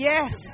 Yes